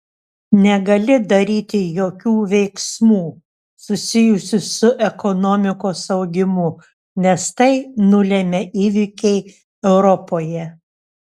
negali daryti jokių veiksmų susijusių su ekonomikos augimu nes tai nulemia įvykiai europoje